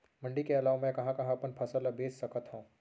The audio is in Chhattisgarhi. मण्डी के अलावा मैं कहाँ कहाँ अपन फसल ला बेच सकत हँव?